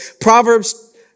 Proverbs